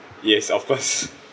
yes of course